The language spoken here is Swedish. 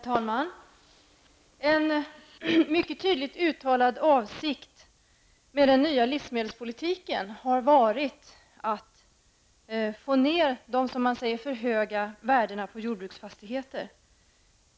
Herr talman! En mycket tydligt uttalad avsikt med den nya livsmedelspolitiken har varit att få ned de för höga värdena på jordbruksfastigheter.